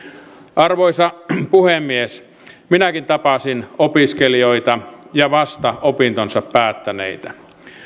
arvoisa puhemies minäkin tapasin opiskelijoita ja vasta opintonsa päättäneitä